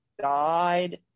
died